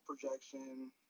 projection